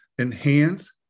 enhance